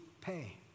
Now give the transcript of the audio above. pay